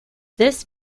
this